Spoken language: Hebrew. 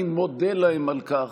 אני מודה להם על כך,